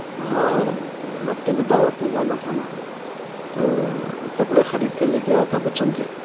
ہو اپنے کو دعوت میں جانا تھا نا تو کپڑے خرید کے لے کے آیا تھا بچوں کے